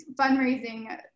fundraising